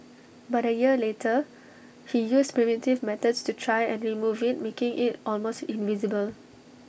but A year later he used primitive methods to try and remove IT making IT almost invisible